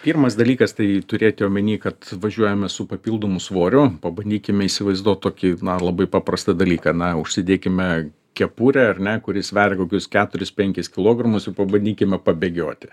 pirmas dalykas tai turėti omeny kad važiuojame su papildomu svoriu pabandykime įsivaizduot tokį na labai paprastą dalyką na užsidėkime kepurę ar ne kuri sveria kokius keturis penkis kilogramus ir pabandykime pabėgioti